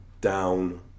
down